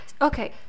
Okay